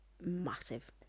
massive